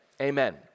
Amen